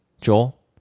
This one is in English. Joel